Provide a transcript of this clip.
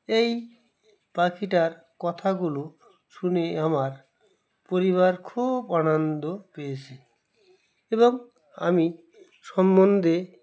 এই পাখিটার কথাগুলো শুনে আমার পরিবার খুব আনন্দ পেয়েছে এবং আমি সম্বন্ধে